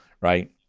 right